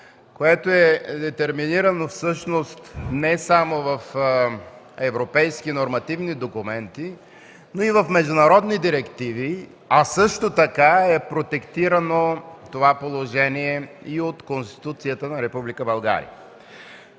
което е детерминирано всъщност не само в европейски нормативни документи, но и в международни директиви, а също така това положение е протектирано и от Конституцията на